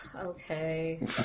Okay